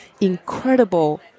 incredible